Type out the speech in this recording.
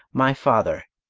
my father!